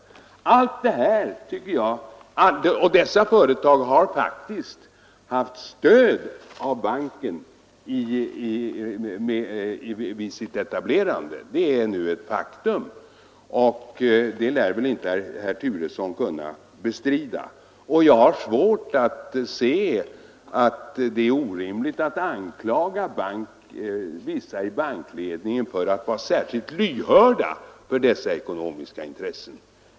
Och detta företag har faktiskt haft stöd av Världsbanken vid sitt etablerande. Det är nu ett faktum, det lär väl inte herr Turesson kunna bestrida. Jag har svårt att se att det är orimligt att anklaga vissa personer i bankledningen för att vara särskilt lyhörda för dessa ekonomiska intressen.